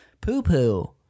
poo-poo